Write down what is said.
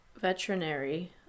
veterinary